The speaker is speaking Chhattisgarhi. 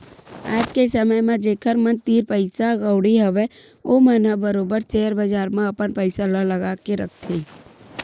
आज के समे म जेखर मन तीर पइसा कउड़ी हवय ओमन ह बरोबर सेयर बजार म अपन पइसा ल लगा के रखथे